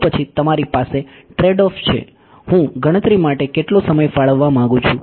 તો પછી તમારી પાસે ટ્રેડઓફ છે હું ગણતરી માટે કેટલો સમય ફાળવવા માંગુ છું